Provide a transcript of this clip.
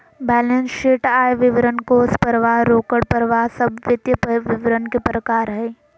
balance sheet, आय विवरण, कोष परवाह, रोकड़ परवाह सब वित्तीय विवरण के प्रकार हय